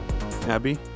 Abby